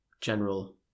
general